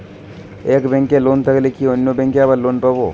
এক ব্যাঙ্কে লোন থাকলে কি অন্য ব্যাঙ্কে আবার লোন পাব?